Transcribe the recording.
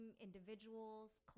individuals